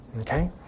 okay